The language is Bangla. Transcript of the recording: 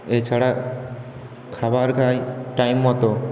এছাড়া খাবার খায় টাইম মতো